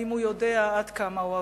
האם הוא יודע עד כמה אוהבים?